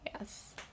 yes